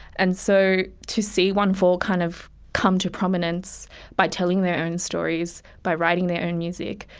and so to see one full kind of come to prominence by telling their own stories, by writing their own music,